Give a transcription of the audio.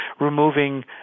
removing